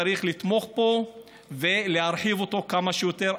צריך לתמוך בו ולהרחיב אותו כמה שיותר.